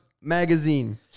magazine